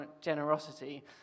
generosity